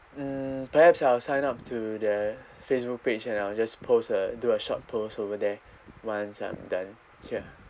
mm perhaps I'll sign up to the Facebook page and I'll just post a and do a short post over there once I'm done here